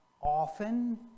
often